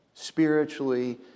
spiritually